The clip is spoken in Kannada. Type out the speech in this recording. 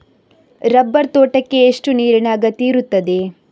ರಬ್ಬರ್ ತೋಟಕ್ಕೆ ಎಷ್ಟು ನೀರಿನ ಅಗತ್ಯ ಇರುತ್ತದೆ?